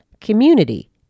community